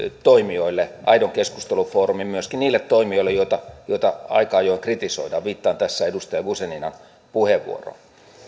toimijoille aidon keskustelun foorumin myöskin niille toimijoille joita joita aika ajoin kritisoidaan viittaan tässä edustaja guzeninan puheenvuoroon